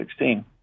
2016